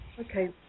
Okay